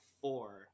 four